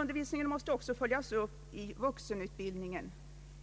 Undervisningen måste emellertid också följas upp i vuxenutbildningen